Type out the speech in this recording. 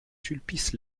sulpice